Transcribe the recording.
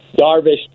Darvish